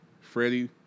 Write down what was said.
Freddie